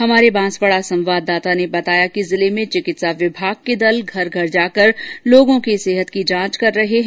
हमारे बांसवाड़ा संवाददाता ने बताया कि जिले में चिकित्सा विभाग के दल घर घर जाकर लोगों के सेहत की जांच कर रहे है